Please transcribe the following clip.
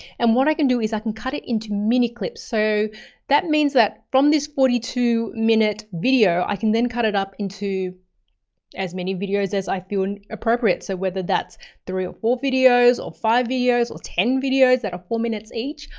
and what i can do is i can cut it into mini clips. so that means that from this forty two minute video i can then cut it up into as many videos as i feel and appropriate. so whether that's three or four videos or five years or ten videos that are four minutes each,